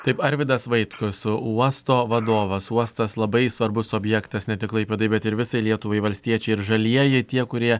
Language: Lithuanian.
taip arvydas vaitkus uosto vadovas uostas labai svarbus objektas ne tik klaipėdai bet ir visai lietuvai valstiečiai ir žalieji tie kurie